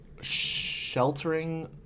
sheltering